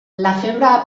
febre